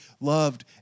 loved